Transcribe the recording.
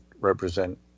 represent